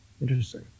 Interesting